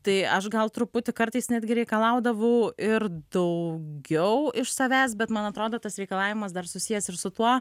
tai aš gal truputį kartais netgi reikalaudavau ir daugiau iš savęs bet man atrodo tas reikalavimas dar susijęs ir su tuo